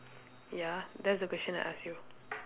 ya that's the question I ask you